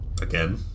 Again